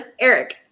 Eric